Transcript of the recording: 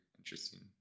interesting